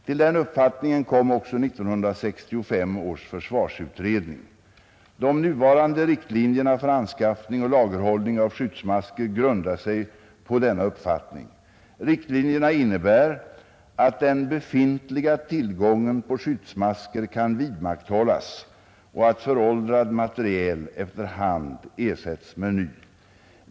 Till den uppfattningen kom också 1965 års försvarsutredning. De nuvarande riktlinjerna för anskaffning och lagerhållning av skyddsmasker grundar sig på denna uppfattning. Riktlinjerna innebär att den befintliga tillgången på skyddsmasker kan vidmakthållas och att föråldrad materiel efter hand ersätts med ny.